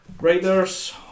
Raiders